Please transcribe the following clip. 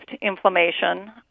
inflammation